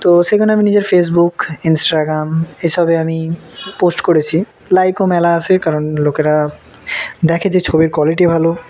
তো সেইগুলো আমি নিজের ফেসবুক ইনস্টাগ্রাম এসবে আমি পোস্ট করেছি লাইকও মেলা আসে কারণ লোকেরা দেখে যে ছবির কোয়ালিটি ভালো